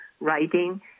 writing